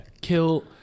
Kill